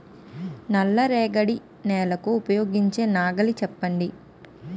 నల్ల రేగడి నెలకు ఉపయోగించే నాగలి చెప్పండి?